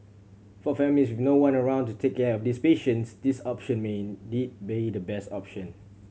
for families with no one around to take care of these patients this option may indeed be the best option